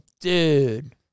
dude